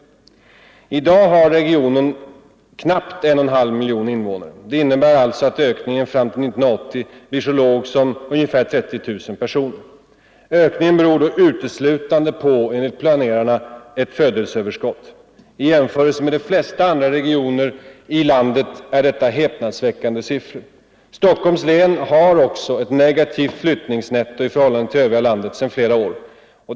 I dag har regionen knappt 1,5 miljoner invånare. Det innebär alltså att ökningen fram till 1980 blir så låg som ungefär 30 000 personer. Ökningen beror då, enligt planerarna, uteslutande på ett födelseöverskott. I jämförelse med vad som gäller för de flesta andra regioner i landet är detta häpnadsväckande siffror. Stockholms län har också ett negativt flyttningsnetto i förhållande till det övriga landet sedan flera år.